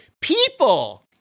People